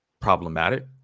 problematic